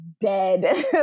dead